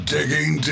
Digging